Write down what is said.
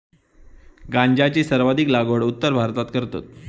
गांजाची सर्वाधिक लागवड उत्तर भारतात करतत